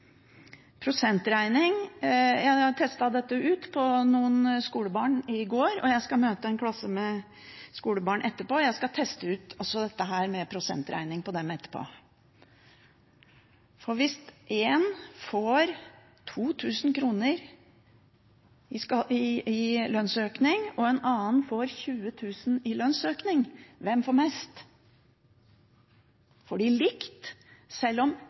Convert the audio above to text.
prosentregningen. Jeg testet dette ut på noen skolebarn i går, og jeg skal møte en klasse med skolebarn etterpå, jeg skal teste ut dette med prosentregning på dem også etterpå. For hvis én får 2 000 kr i lønnsøkning og en annen får 20 000 i lønnsøkning: Hvem får mest? Får de likt, sjøl om